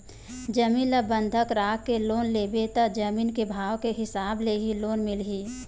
जमीन ल बंधक राखके लोन लेबे त जमीन के भाव के हिसाब ले ही लोन मिलही